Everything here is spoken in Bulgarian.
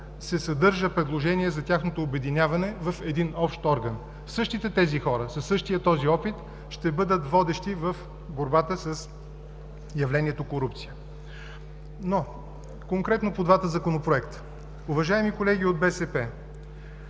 се съдържа предложение за тяхното обединяване в един общ орган. Същите тези хора със същия този опит ще бъдат водещи в борбата с явлението „корупция“. Но конкретно по двата законопроекта. Уважаеми колеги от БСП,